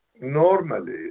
Normally